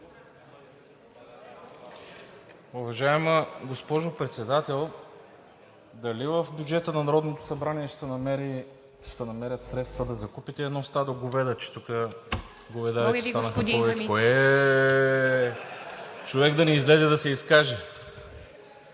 Уважаема госпожо Председател, дали в бюджета на Народното събрание ще се намерят средства да закупите едно стадо говеда, че тук говедарите станаха повечко – „Еее!“? (Весело оживление.)